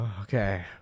Okay